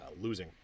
losing